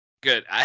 Good